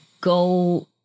go